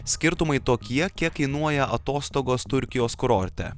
skirtumai tokie kiek kainuoja atostogos turkijos kurorte